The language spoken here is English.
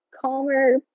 calmer